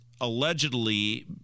allegedly